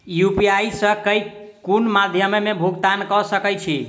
UPI सऽ केँ कुन मध्यमे मे भुगतान कऽ सकय छी?